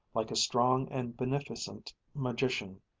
like a strong and beneficent magician,